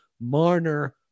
Marner